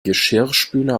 geschirrspüler